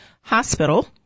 Hospital